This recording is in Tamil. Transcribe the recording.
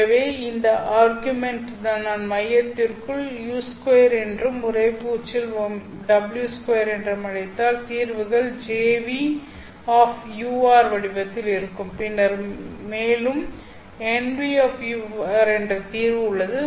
ஆகவே இந்த ஆர்குமென்ட் ஐ நான் மையத்திற்குள் u2 என்றும் உறைப்பூச்சில் w2 என்றும் அழைத்தால் தீர்வுகள் Jν வடிவத்தில் இருக்கும் பின்னர் மேலும் Nν என்ற தீர்வு உள்ளது